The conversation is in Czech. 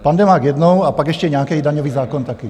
Pandemák jednou a pak ještě nějaký daňový zákon taky.